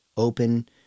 open